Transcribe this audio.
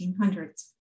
1800s